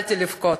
והתחלתי לבכות,